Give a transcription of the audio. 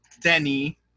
Denny